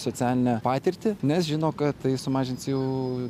socialinę patirtį nes žino kad tai sumažins jų